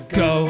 go